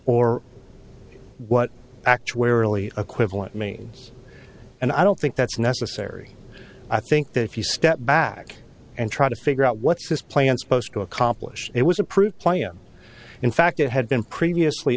actuarially equivalent means and i don't think that's necessary i think that if you step back and try to figure out what's this plan supposed to accomplish it was approved in fact it had been previously